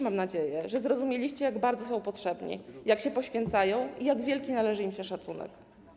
Mam nadzieję, że dziś zrozumieliście, jak bardzo są potrzebni, jak się poświęcają i jak wielki należy im się szacunek.